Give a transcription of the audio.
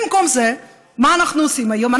במקום זה, מה אנחנו עושים היום?